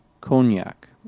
cognac